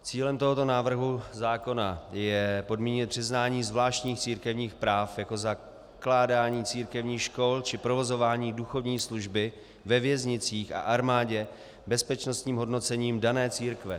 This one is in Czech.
Cílem tohoto návrhu zákona je podmíněné přiznání zvláštních církevních práv jako zakládání církevních škol či provozování duchovní služby ve věznicích a v armádě bezpečnostním hodnocením dané církve.